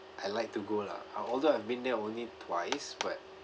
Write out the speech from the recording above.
I'd like to go lah ah although I've been there only twice but